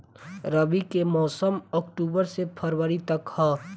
रबी के मौसम अक्टूबर से फ़रवरी तक ह